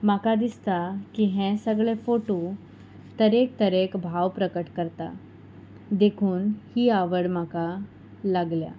म्हाका दिसता की हे सगळे फोटो तरेक तरेक भाव प्रकट करता देखून ही आवड म्हाका लागल्या